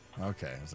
Okay